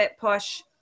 push